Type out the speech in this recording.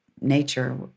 nature